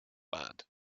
band